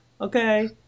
Okay